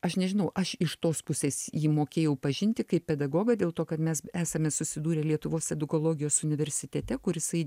aš nežinau aš iš tos pusės jį mokėjau pažinti kaip pedagogą dėl to kad mes esame susidūrę lietuvos edukologijos universitete kur jisai